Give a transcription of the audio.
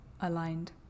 Aligned